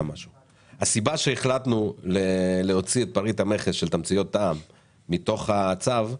הסיבה שהחלטנו להוציא את תמציות הטעם מתוך הצו,